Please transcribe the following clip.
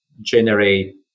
generate